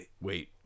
Wait